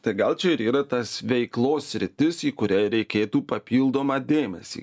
tai gal čia ir yra tas veiklos sritis į kurią reikėtų papildomą dėmesį